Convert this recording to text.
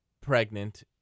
pregnant